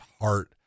heart